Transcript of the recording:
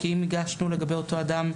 כי אם הגשנו לגבי אותו אדם,